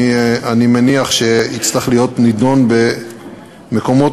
אני מניח שיצטרך להיות נדון במקומות